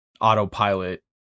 autopilot